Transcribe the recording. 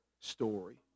story